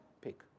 pick